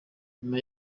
nyuma